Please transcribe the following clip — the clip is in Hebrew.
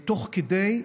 תוך כדי שמנענו,